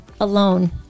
alone